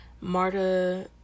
MARTA